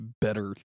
better